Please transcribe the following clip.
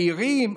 מעירים?